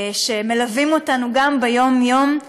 שמלווים אותנו גם ביום-יום,